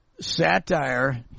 satire